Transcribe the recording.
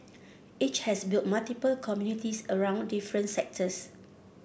it has built multiple communities around different sectors